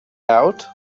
out